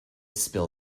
spill